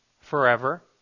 forever